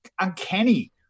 uncanny